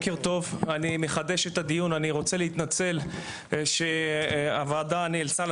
(הישיבה נפסקה בשעה 09:52 ונתחדשה בשעה 10:11.)